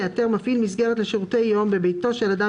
יאתר מפעיל מסגרת לשירותי יום בביתו של אדם